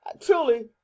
truly